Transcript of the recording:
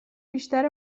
بیشتر